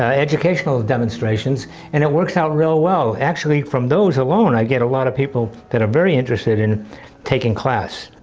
educational demonstrations and it works out real well. actually from those alone i get a lot of people that are very interested in taking class.